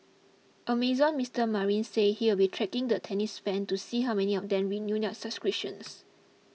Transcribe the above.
Amazon's Mister Marine says he will be tracking the tennis fan to see how many of them renew their subscriptions